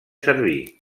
servir